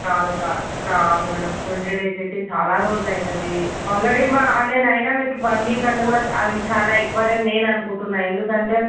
కాదు కాదు కాదు మ్యాడమ్ ట్వెంటీ డేస్ అయితే చాల రోజులు అయినది అల్రెడీ మా నేను అయిన మీకు వన్ వీక్ అంటే కుడా అది చాలా ఎక్కువనే అని నేను అనుకుంటున్నా ఎందుకంటే